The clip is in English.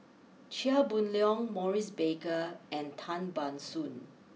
Chia Boon Leong Maurice Baker and Tan Ban Soon